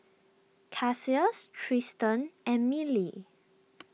Cassius Tristen and Mylie